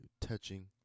touching